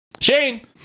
Shane